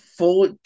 Four